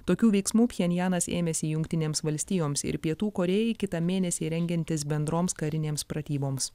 tokių veiksmų pchenjanas ėmėsi jungtinėms valstijoms ir pietų korėjai kitą mėnesį rengiantis bendroms karinėms pratyboms